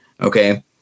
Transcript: Okay